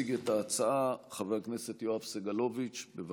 יציג את ההצעה חבר הכנסת יואב סגלוביץ', בבקשה.